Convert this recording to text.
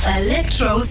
electro